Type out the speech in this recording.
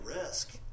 risk